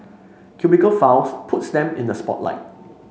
cubicle Files puts them in the spotlight